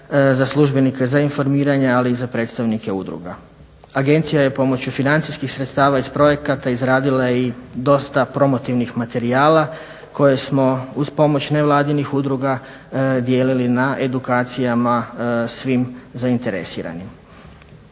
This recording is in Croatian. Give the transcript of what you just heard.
za službenike za informiranje ali i za predstavnike udruga. Agencija je pomoću financijskih sredstava iz projekata izradila i dosta promotivnih materijala koje smo uz pomoć nevladinih udruga dijelili na edukacijama svim zainteresiranim.